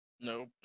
Nope